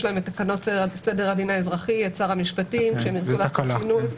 יש להם את תקנות סדר הדין האזרחי ואת שר המשפטים כשהם ירצו לעשות שינוי.